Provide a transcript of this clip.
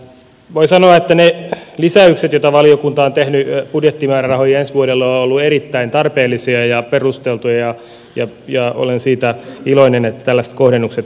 voi sanoa että ne lisäykset joita valiokunta on tehnyt budjettimäärärahoihin ensi vuodelle ovat olleet erittäin tarpeellisia ja perusteltuja ja olen siitä iloinen että tällaiset kohdennukset on tehty